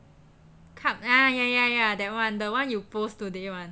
cup ah ya ya ya that one the one you post today [one]